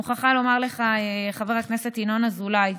אני מוכרחה לומר לך, חבר הכנסת ינון אזולאי,